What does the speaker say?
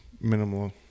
minimal